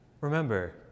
Remember